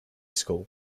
school